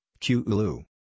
Qulu